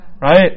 right